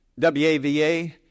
WAVA